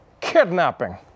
kidnapping